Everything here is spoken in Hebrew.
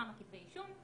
כמה כתבי אישום,